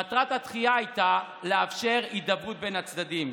מטרת הדחייה הייתה לאפשר הידברות בין הצדדים.